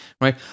right